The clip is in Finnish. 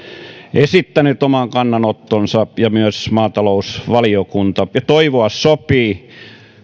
esittänyt oman kannanottonsa kuten myös maatalousvaliokunta ja toivoa sopii